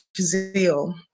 zeal